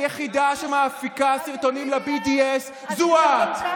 היחידה שמפיקה סרטונים ל-BDS זו את.